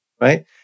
right